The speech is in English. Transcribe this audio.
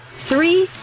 three!